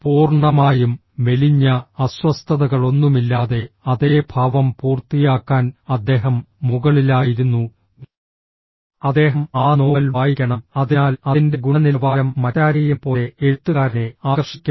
പൂർണ്ണമായും മെലിഞ്ഞ അസ്വസ്ഥതകളൊന്നുമില്ലാതെ അതേ ഭാവം പൂർത്തിയാക്കാൻ അദ്ദേഹം മുകളിലായിരുന്നു അദ്ദേഹം ആ നോവൽ വായിക്കണം അതിനാൽ അതിന്റെ ഗുണനിലവാരം മറ്റാരെയും പോലെ എഴുത്തുകാരനെ ആകർഷിക്കും